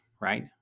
right